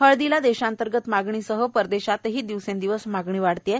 हळदीला देशांतर्गत मागणीसह परदेशातही दिवसेंदिवस मागणी वाढत आहे